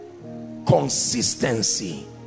consistency